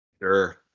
Sure